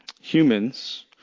Humans